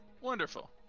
Wonderful